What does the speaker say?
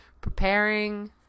preparing